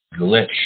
Glitch